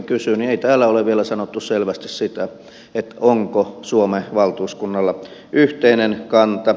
ei täällä ole vielä sanottu selvästi sitä onko suomen valtuuskunnalla yhteinen kanta